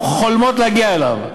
היו חולמות להגיע אליו,